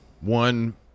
One